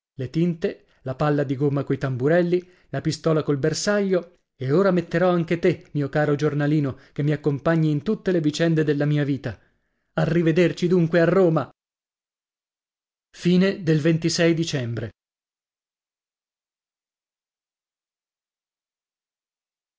le tinte la palla di gomma coi tamburelli la pistola col bersaglio e ora metterò anche te mio caro giornalino che mi accompagni in tutte le vicende della mia vita a rivederci dunque a oma dicembre